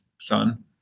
son